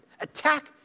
Attack